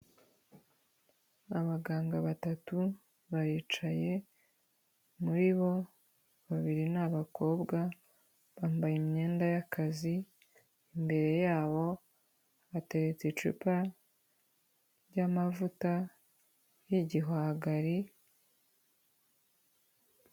Abaganga batatu baricaye, muri bo babiri ni abakobwa bambaye imyenda y'akazi, imbere yabo hatereretse icupa ry'amavuta y'igihwagari,..